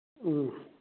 ꯎꯝ